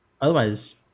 otherwise